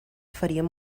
faríem